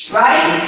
right